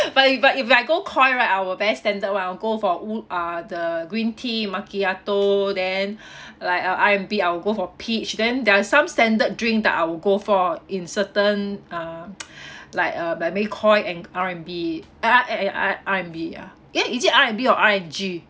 but if I if I go Koi right I will very standard one I will go for oo~ uh the green tea macchiato then like uh R&B I will go for peach then there are some standard drink that I would go for in certain uh like uh but maybe Koi and R&B uh uh ya ya R~ R&B ya !ee! is it R&B or R&G